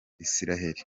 isiraheli